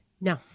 No